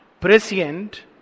prescient